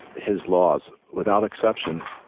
his laws without exception,